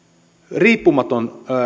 riippumaton